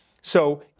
So-